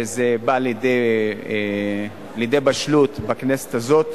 וזה בא לידי בשלות בכנסת הזאת.